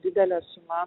didelė suma